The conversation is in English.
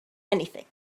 anything